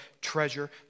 treasure